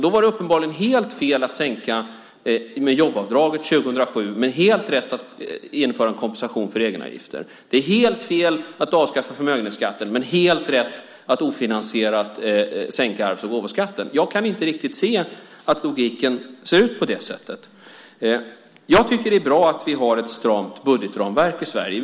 Det var uppenbarligen helt fel att sänka skatten med jobbavdraget år 2007 men helt rätt att införa en kompensation för egenavgiften. Det är helt fel att avskaffa förmögenhetsskatten men helt rätt att ofinansierat sänka arvs och gåvoskatten. Jag kan inte riktigt se att logiken ser ut på det sättet. Det är bra att vi har ett stramt budgetramverk i Sverige.